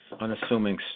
unassuming